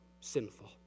sinful